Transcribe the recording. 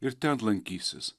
ir ten lankysis